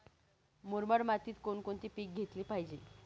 मुरमाड मातीत कोणकोणते पीक घेतले पाहिजे?